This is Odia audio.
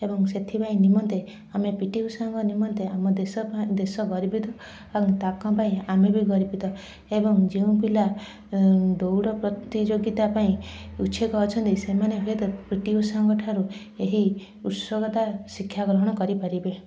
ଏବଂ ସେଥିପାଇଁ ନିମନ୍ତେ ଆମେ ପି ଟି ଉଷାଙ୍କ ନିମନ୍ତେ ଆମ ଦେଶ ଦେଶ ଗର୍ବିତ ଆଉ ତାଙ୍କ ପାଇଁ ଆମେ ବି ଗର୍ବିତ ଏବଂ ଯେଉଁ ପିଲା ଦୌଡ଼ ପ୍ରତିଯୋଗିତା ପାଇଁ ଉଚ୍ଛୁକ ଅଛନ୍ତି ସେମାନେ ହୁଏତ ପି ଟି ଉଷାଙ୍କ ଠାରୁ ଏହି ଉତ୍ସୁକତା ଶିକ୍ଷା ଗ୍ରହଣ କରିପାରିବେ